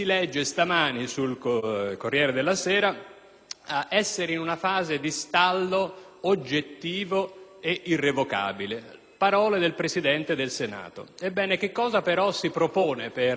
è in una fase di stallo oggettivo e irrevocabile: sono parole del Presidente del Senato. Ebbene, cosa si propone però per impedire che tutto ciò vada avanti?